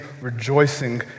rejoicing